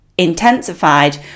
intensified